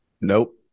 Nope